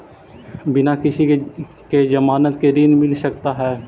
बिना किसी के ज़मानत के ऋण मिल सकता है?